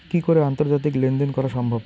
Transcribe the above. কি করে আন্তর্জাতিক লেনদেন করা সম্ভব?